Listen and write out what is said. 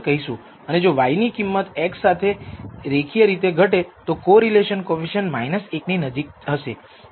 અને જો y ની કિંમત x સાથે રેખીય રીતે ઘટે તો કોરિલેશન કોએફિસિએંટ 1 ની નજીક હશે